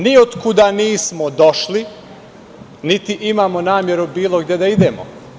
Niotkuda nismo došli, niti imamo nameru bilo gde da idemo.